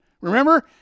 remember